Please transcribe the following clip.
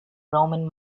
roman